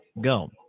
Go